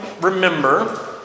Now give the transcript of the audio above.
remember